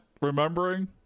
remembering